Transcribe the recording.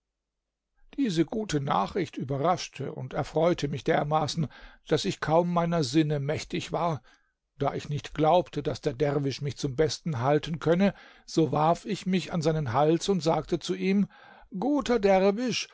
diese gute nachricht überraschte und erfreute mich dermaßen daß ich kaum meiner sinne mächtig war da ich nicht glaubte daß der derwisch mich zum besten halten könne so warf ich mich an seinen hals und sagte zu ihm guter